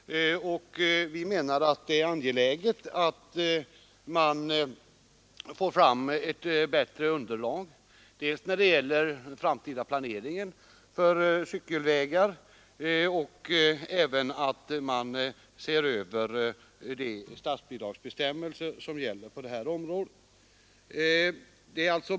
Vi menar att det är angeläget dels att få fram ett bättre underlag när det gäller den framtida planeringen för cykelvägar, dels att se över de statsbidragsbestämmelser som gäller på detta område.